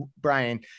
Brian